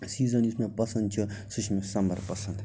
season یُس مےٚ پسنٛد چھِ سُہ چھِ مےٚ سَمر پسنٛد